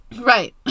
Right